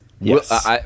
yes